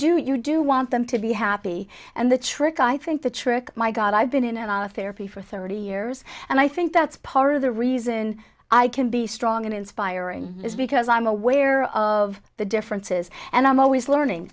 do you do want them to be happy and the trick i think the trick my god i've been in and therapy for thirty years and i think that's part of the reason i can be strong and inspiring is because i'm aware of the differences and i'm always learning